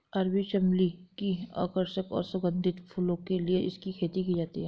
अरबी चमली की आकर्षक और सुगंधित फूलों के लिए इसकी खेती की जाती है